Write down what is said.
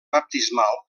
baptismal